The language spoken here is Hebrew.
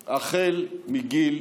החל בגיל לידה.